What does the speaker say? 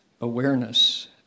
awareness